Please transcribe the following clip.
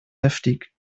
heftig